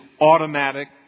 automatic